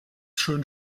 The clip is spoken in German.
schön